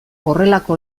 horrelako